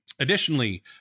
Additionally